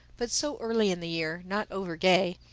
but, so early in the year, not over gay,